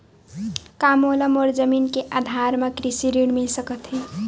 का मोला मोर जमीन के आधार म कृषि ऋण मिल सकत हे?